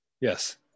Yes